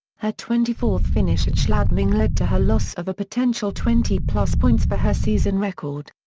her twenty fourth finish at schladming led to her loss of a potential twenty plus points for her season record.